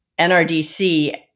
NRDC